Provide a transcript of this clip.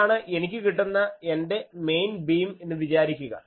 ഇതാണ് എനിക്ക് കിട്ടുന്ന എൻറെ മെയിൻ ബീം എന്ന് വിചാരിക്കുക